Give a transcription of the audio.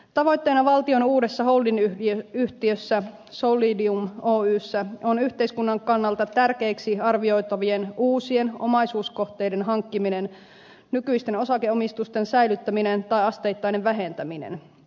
tavoitteena valtion uudessa holdingyhtiössä solidium oyssä on yhteiskunnan kannalta tärkeiksi arvioitavien uusien omaisuuskohteiden hankkiminen nykyisten osakeomistusten säilyttäminen tai asteittainen vähentäminen